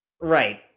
Right